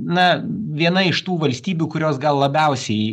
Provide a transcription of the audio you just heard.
na viena iš tų valstybių kurios gal labiausiai